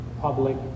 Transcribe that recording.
public